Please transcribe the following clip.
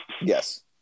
Yes